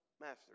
master